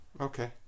Okay